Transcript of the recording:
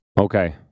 okay